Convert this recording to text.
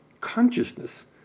consciousness